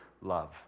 love